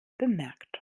bemerkt